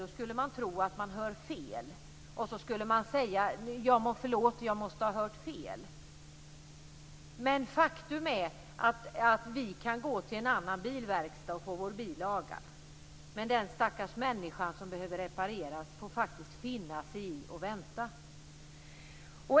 Då skulle man tro att man hört fel och man skulle säga: Förlåt, jag måste ha hört fel. Faktum är att vi kan gå till en annan bilverkstad och få vår bil lagad, men den stackars människan som behöver repareras får faktiskt finna sig i att vänta.